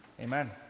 Amen